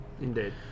indeed